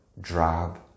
drab